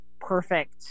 perfect